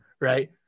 right